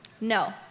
No